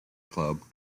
club